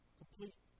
complete